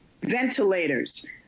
ventilators